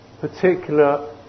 particular